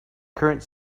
current